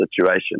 situation